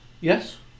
Yes